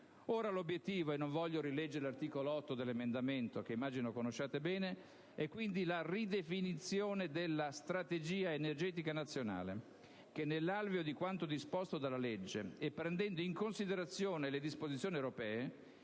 Ora l'obiettivo - e non voglio rileggere il comma 8 dell'emendamento, che immagino conosciate bene - è quindi la ridefinizione della strategia energetica nazionale che, nell'alveo di quanto disposto dalla legge e prendendo in considerazione le disposizioni europee,